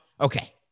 okay